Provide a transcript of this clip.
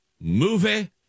movie